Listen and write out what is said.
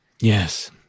Yes